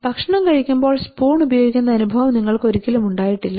ഭക്ഷണം കഴിക്കുമ്പോൾ സ്പൂൺ ഉപയോഗിച്ച അനുഭവം നിങ്ങൾക്ക് ഒരിക്കലും ഉണ്ടായിട്ടില്ല